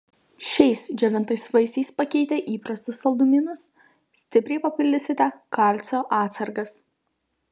šiais džiovintais vaisiais pakeitę įprastus saldumynus stipriai papildysite kalcio atsargas